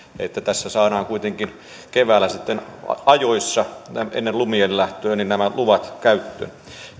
että tässä saadaan kuitenkin keväällä sitten ajoissa ennen lumien lähtöä nämä luvat käyttöön